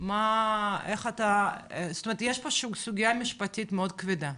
יש פה סוגיה משפטית מאוד כבדה.